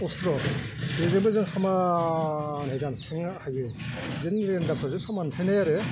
असथ्र बेजोंबो जों समानै दानफुंनो हायो जेन रेनदारजोंसो समान नुथायनाय आरो